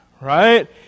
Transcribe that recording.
Right